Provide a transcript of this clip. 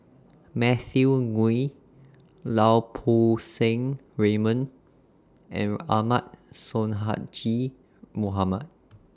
Matthew Ngui Lau Poo Seng Raymond and Ahmad Sonhadji Mohamad